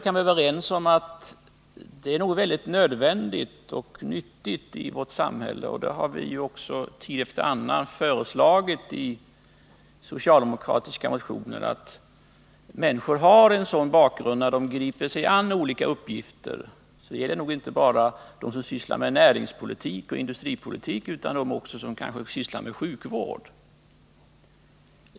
Naturligtvis är det väldigt nödvändigt och nyttigt att människor har en god och bred bakgrund när de griper sig an olika uppgifter. Det gäller nog inte bara dem som sysslar med näringspolitik och industripolitik utan också dem som sysslar med sjukvård.